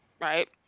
right